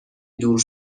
دور